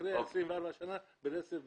אחרי 24 שנה ברצף בצבא.